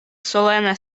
solene